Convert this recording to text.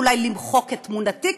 אולי למחוק את תמונתי,